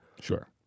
sure